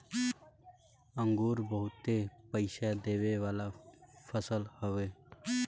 अंगूर बहुते पईसा देवे वाला फसल हवे